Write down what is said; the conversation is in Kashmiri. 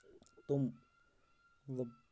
تِم مطلب